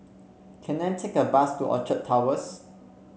can I take a bus to Orchard Towers